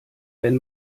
wenn